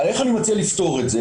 איך אני מציע לפתור את זה?